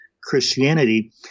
Christianity